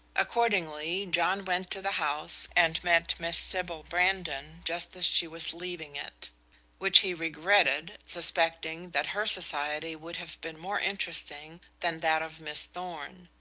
accordingly, john went to the house, and met miss sybil brandon just as she was leaving it which he regretted, suspecting that her society would have been more interesting than that of miss thorn.